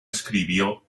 escribió